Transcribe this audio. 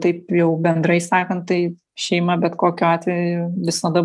taip jau bendrai sakant tai šeima bet kokiu atveju visada